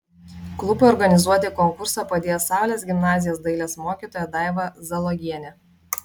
klubui organizuoti konkursą padėjo saulės gimnazijos dailės mokytoja daiva zalogienė